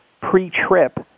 pre-trip